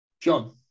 John